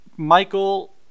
Michael